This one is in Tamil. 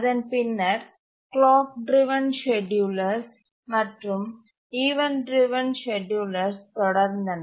அதன் பின்னர் கிளாக் டிரவன் ஸ்கேட்யூலர்கள் மற்றும் ஈவண்ட் டிரவன் ஸ்கேட்யூலர்கள் தொடர்ந்தன